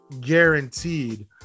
guaranteed